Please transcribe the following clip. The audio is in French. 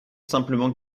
simplement